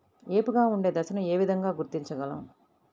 ఏపుగా ఉండే దశను ఏ విధంగా గుర్తించగలం?